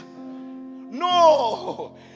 No